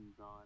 on